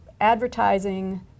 Advertising